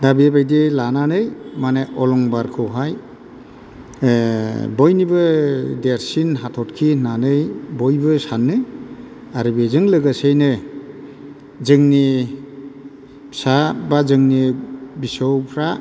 दा बेबायदि लानानै माने अलंबारखौहाय बयनिबो देरसिन हाथरखि होननानै बयबो सानो आरो बेजों लोगोसेयैनो जोंनि फिसा बा जोंनि बिसौफ्रा